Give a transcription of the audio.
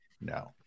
no